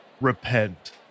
repent